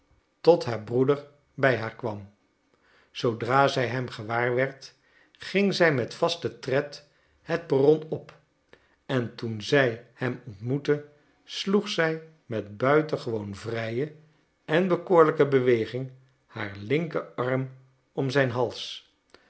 tot haar broeder bij haar kwam zoodra zij hem gewaar werd ging zij met vasten tred het perron op en toen zij hem ontmoette sloeg zij met buitengewoon vrije en bekoorlijke beweging haar linker arm om zijn hals